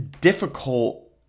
difficult